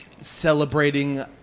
celebrating